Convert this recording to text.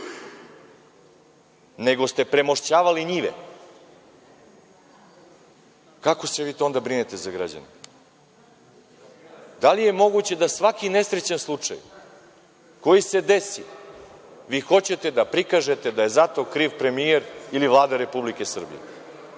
nego ste premošćavali njive. Kako se vi to onda brinete za građane? Da li je moguće da svaki nesrećan slučaj koji se desi vi hoćete da prikažete da je za to kriv premijer ili Vlada Republike Srbije,